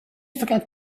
forget